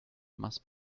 must